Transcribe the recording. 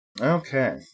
Okay